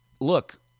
look